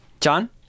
John